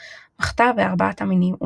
שנחשבים לחלקים המקודשים של התפילה,